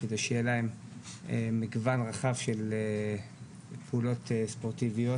כדי שיהיה להם מגוון רחב של פעולות ספורטיביות,